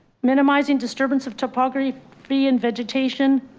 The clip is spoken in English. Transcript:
minimizing disturbance of topography. be in vegetation,